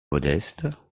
modestes